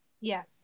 Yes